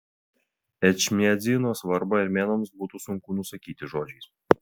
ečmiadzino svarbą armėnams būtų sunku nusakyti žodžiais